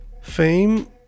fame